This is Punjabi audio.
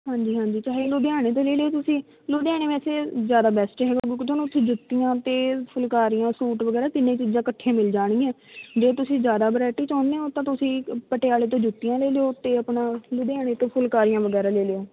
ਹਾਂਜੀ ਹਾਂਜੀ ਚਾਹੇ ਲੁਧਿਆਣੇ ਦੇ ਲੈ ਲਿਓ ਤੁਸੀਂ ਲੁਧਿਆਣੇ ਵੈਸੇ ਜ਼ਿਆਦਾ ਬੈਸਟ ਹੈਗਾ ਕਿਉਂਕਿ ਤੁਹਾਨੂੰ ਉੱਥੇ ਜੁੱਤੀਆਂ ਅਤੇ ਫੁਲਕਾਰੀਆਂ ਸੂਟ ਵਗੈਰਾ ਤਿੰਨੇ ਚੀਜ਼ਾਂ ਇਕੱਠੀਆਂ ਮਿਲ ਜਾਣਗੀਆਂ ਜੇ ਤੁਸੀਂ ਜ਼ਿਆਦਾ ਵਰਾਇਟੀ ਚਾਹੁੰਦੇ ਹੋ ਤਾਂ ਤੁਸੀਂ ਪਟਿਆਲੇ ਤੋਂ ਜੁੱਤੀਆਂ ਲੈ ਲਿਓ ਅਤੇ ਆਪਣਾ ਲੁਧਿਆਣੇ ਤੋਂ ਫੁਲਕਾਰੀਆਂ ਵਗੈਰਾ ਲੈ ਲਿਓ